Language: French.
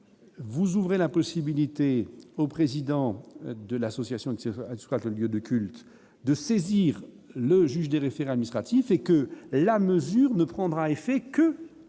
vous ouvrez la possibilité au président de l'association de cet axe cas de lieu de culte de saisir le juge des référés Al-Misrati fait que la mesure ne prendra effet que